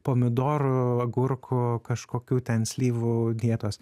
pomidorų agurkų kažkokių ten slyvų dietos